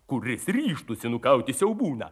kuris ryžtųsi nukauti siaubūną